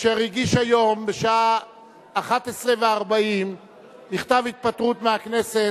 אשר הגיש היום בשעה 11:40 מכתב התפטרות מהכנסת